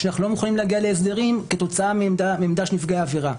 כשאנחנו לא מוכנים להגיע להסדרים כתוצאה מהעמדה של נפגעי העבירה.